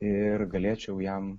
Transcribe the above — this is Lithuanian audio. ir galėčiau jam